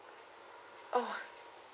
oh